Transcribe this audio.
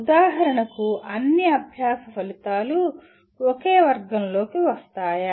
ఉదాహరణకు అన్ని అభ్యాస ఫలితాలు ఒకే వర్గంలోకి వస్తాయా